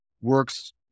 works